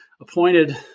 appointed